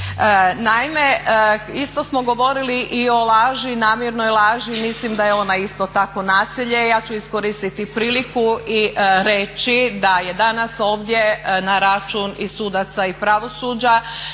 Naime, isto smo govorili i o laži, namjernoj laži. Mislim da je ona isto tako nasilje. Ja ću iskoristiti priliku i reći da je danas ovdje na račun i sudaca i pravosuđa